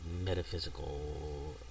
metaphysical